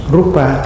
Rupa